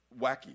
wacky